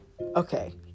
Okay